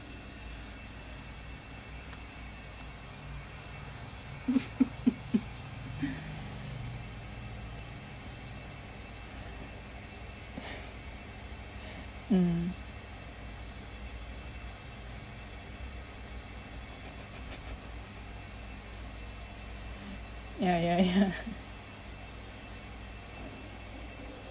mm ya ya ya